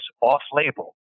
off-label